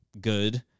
good